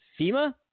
FEMA